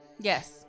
Yes